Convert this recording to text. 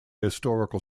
historical